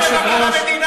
אדוני היושב-ראש,